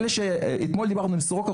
אתמול דיברנו עם סורוקה.